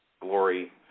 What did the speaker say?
glory